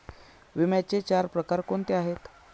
विम्याचे चार प्रकार कोणते आहेत?